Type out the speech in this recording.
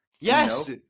Yes